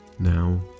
now